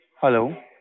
Hello